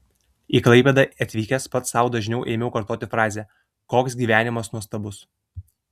į klaipėdą atvykęs pats sau dažniau ėmiau kartoti frazę koks gyvenimas nuostabus